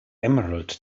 emerald